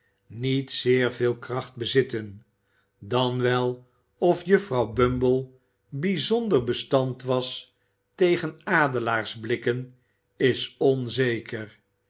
niet zeer veel kracht bezitten dan wel of juffrouw bumble bijzonder bestand was tegen adelaarsblikken is onzeker